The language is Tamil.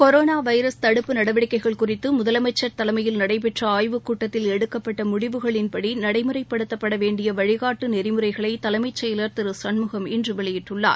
கொரோனா வைரஸ் தடுப்பு நடவடிக்கைகள் குறித்து முதலமைச்சர் தலைமையில் நடைபெற்ற ஆய்வுக்கூட்டத்தில் எடுக்கப்பட்ட முடிவுகளின் படி நடைமுறைப்படுத்தப்பட வேண்டிய வழினாட்டு நெறிமுறைகளை தலைமை செயலர் திரு சண்முகம் இன்று வெளியிட்டுள்ளார்